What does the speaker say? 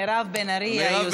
מירב בן ארי היא היוזמת.